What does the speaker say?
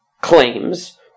claims